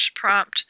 prompt